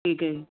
ਠੀਕ ਹੈ ਜੀ